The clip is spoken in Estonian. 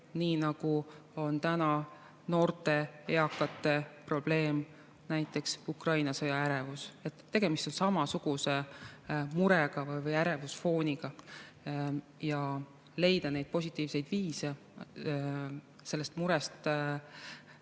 nii nagu on täna noorte ja eakate probleem näiteks Ukraina sõjast põhjustatud ärevus. Tegemist on samasuguse murega või ärevusfooniga. Ja leida positiivseid viise sellest murest